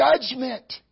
judgment